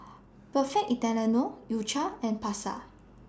Perfect Italiano U Cha and Pasar